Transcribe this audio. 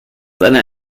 seiner